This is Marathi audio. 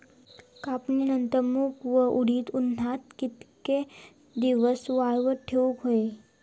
कापणीनंतर मूग व उडीद उन्हात कितके दिवस वाळवत ठेवूक व्हये?